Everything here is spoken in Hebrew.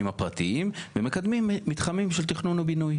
הפרטיים ומקדמים מתחמים של תכנון ובינוי.